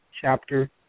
Chapter